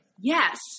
Yes